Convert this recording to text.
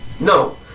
No